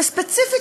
וספציפית,